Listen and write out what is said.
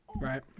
Right